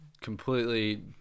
completely